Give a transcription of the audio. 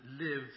live